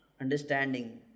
Understanding